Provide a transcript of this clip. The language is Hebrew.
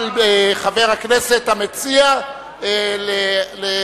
יוכל חבר הכנסת המציע לענות.